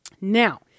now